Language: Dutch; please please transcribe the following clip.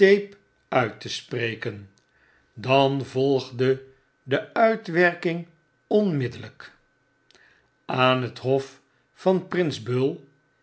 uit te spreken danvolgde de uitwerking onmiddellp aan het hof van prins bull